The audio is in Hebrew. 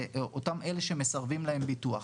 אותם אלה שמסרבים להם ביטוח.